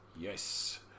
Yes